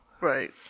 Right